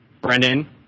Brendan